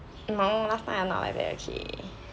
no last time I not like that okay